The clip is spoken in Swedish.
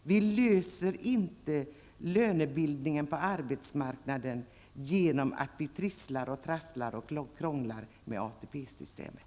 Vi löser inte lönebildningen på arbetsmarknaden genom att trissla, trassla och krångla med ATP-systemet.